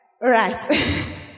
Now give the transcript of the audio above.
Right